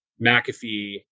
McAfee